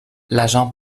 l’agent